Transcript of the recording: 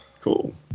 Cool